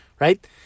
right